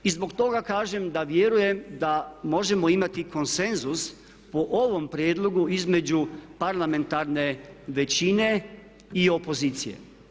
I zbog toga kažem da vjerujem da možemo imati konsenzus po ovom prijedlogu između parlamentarne većine i opozicije.